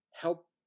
help